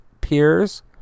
peers